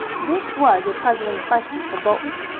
this was a puzzling question for bolton,